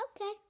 Okay